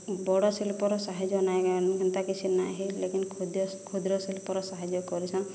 ବଡ଼ ଶିଳ୍ପର ସାହାଯ୍ୟ ନାଇଁ ହେନ୍ତା କିଛି ନାହିଁ ଲେକିନ୍ କ୍ଷୁଦ୍ର ଶିଳ୍ପର ସାହାଯ୍ୟ କରିଛନ୍